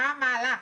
מה המהלך?